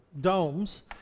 domes